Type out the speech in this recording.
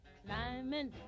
climbing